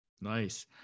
Nice